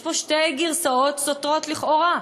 יש פה שתי גרסאות סותרות לכאורה,